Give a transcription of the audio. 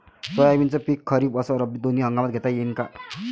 सोयाबीनचं पिक खरीप अस रब्बी दोनी हंगामात घेता येईन का?